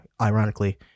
Ironically